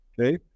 Okay